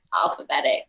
alphabetic